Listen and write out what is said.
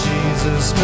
Jesus